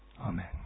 Amen